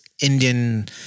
Indian